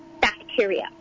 bacteria